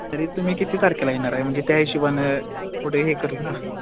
तरी तुम्ही किती तारखेला येणार आहे म्हणजे त्या हिशोबानं पुढे हे करू ना